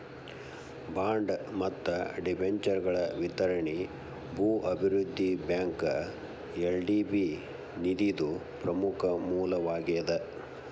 bond ಮತ್ತ ಡಿಬೆಂಚರ್ಗಳ ವಿತರಣಿ ಭೂ ಅಭಿವೃದ್ಧಿ ಬ್ಯಾಂಕ್ಗ ಎಲ್.ಡಿ.ಬಿ ನಿಧಿದು ಪ್ರಮುಖ ಮೂಲವಾಗೇದ